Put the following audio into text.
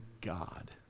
God